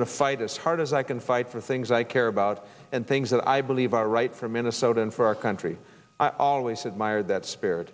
to fight as hard as i can fight for things i care about and things that i believe are right for minnesota and for our country i always admired that spirit